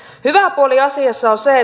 hyvä puoli asiassa on se